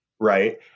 Right